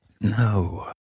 No